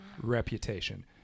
Reputation